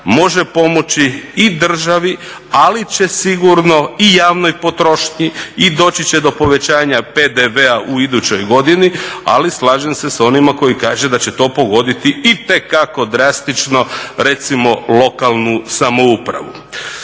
može pomoći i državi, ali će sigurno i javnoj potrošnji i doći će do povećanja PDV-a u idućoj godini. Ali slažem se sa onima koji kaže da će to pogoditi itekako drastično recimo lokalnu samoupravu.